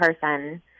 person